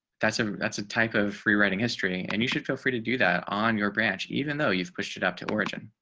that's a, that's a type of rewriting history and you should feel free to do that on your branch, even though you've pushed it up to origin.